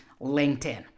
LinkedIn